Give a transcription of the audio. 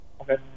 Okay